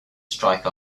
strike